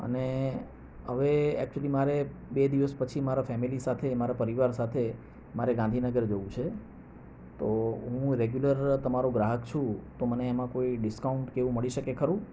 અને હવે એક્ચુઅલ્લી મારે બે દિવસ પછી મારા ફેમિલી સાથે મારા પરિવાર સાથે મારે ગાંધીનગર જવું છે તો હું રેગ્યુલર તમારો ગ્રાહક છું તો મને એમાં કોઈ ડીસકાઉન્ટ કે એવું મળી શકે ખરું